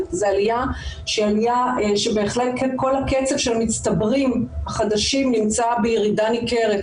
זו עלייה שבהחלט כל הקצב של המצטברים החדשים נמצא בירידה ניכרת,